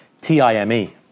T-I-M-E